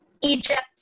Egypt